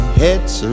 head's